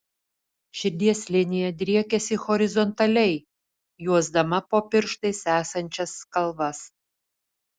širdies linija driekiasi horizontaliai juosdama po pirštais esančias kalvas